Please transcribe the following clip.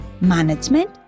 management